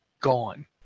gone